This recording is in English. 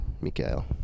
Mikael